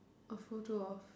a photo of